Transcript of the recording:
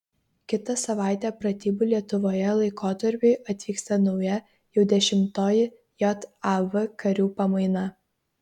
kitą savaitę pratybų lietuvoje laikotarpiui atvyksta nauja jau dešimtoji jav karių pamaina